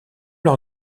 leur